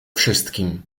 wszystkim